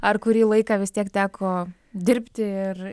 ar kurį laiką vis tiek teko dirbti ir